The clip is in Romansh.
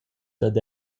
dad